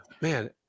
Man